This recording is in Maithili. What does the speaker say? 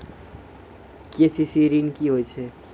के.सी.सी ॠन की होय छै?